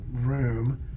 room